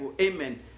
amen